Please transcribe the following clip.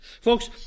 Folks